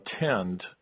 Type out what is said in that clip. attend